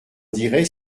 dirait